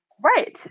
Right